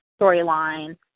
storyline